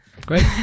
Great